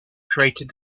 created